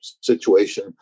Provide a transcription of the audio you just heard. situation